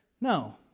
No